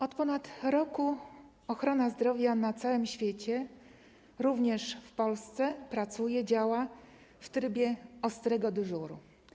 Od ponad roku ochrona zdrowia na całym świecie, również w Polsce, pracuje, działa w trybie ostrego dyżuru.